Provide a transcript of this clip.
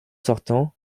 sortant